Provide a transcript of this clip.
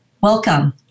Welcome